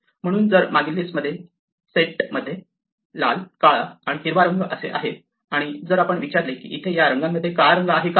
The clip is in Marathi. म्हणून जर मागील लिस्टमध्ये सेट मध्ये लाल काळा आणि हिरवा रंग असे आहे आणि जर आपण विचारले की इथे या रंगांमध्ये काळा रंग आहे का